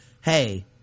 hey